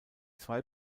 zwei